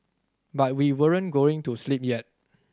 but we weren't going to sleep yet